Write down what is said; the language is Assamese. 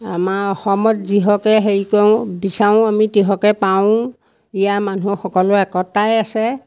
আমাৰ অসমত যিহকে হেৰি কৰোঁ বিচাৰোঁ আমি তিহকে পাওঁ ইয়াৰ মানুহ সকলো একতাৰে আছে